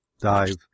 dive